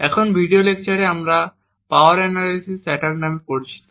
এই ভিডিও লেকচারে আমরা পাওয়ার অ্যানালাইসিস অ্যাটাক নামে পরিচিত